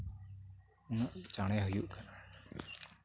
ᱩᱱᱟᱹᱜ ᱪᱟᱬᱮ ᱦᱩᱭᱩᱜ ᱠᱟᱱᱟ